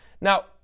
now